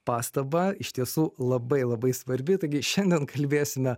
pastabą iš tiesų labai labai svarbi taigi šiandien kalbėsime